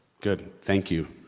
good! thank you.